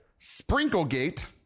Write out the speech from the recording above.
Sprinklegate